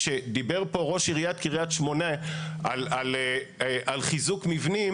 כשדיבר פה ראש עיריית קריית שמונה על חיזוק מבנים,